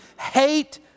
hate